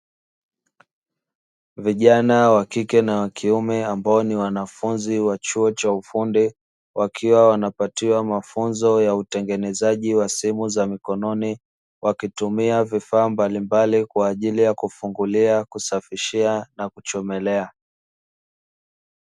Vijana wa kike kwa kiume, ambao ni wanafunzi wa chuo cha ufundi, wakiwa wanapatiwa mafunzo ya utengenezaji wa simu za mkononi, wakitumia vifaa mbalimbali kwa ajili ya kufungulia, kusafishia na kuchomelea.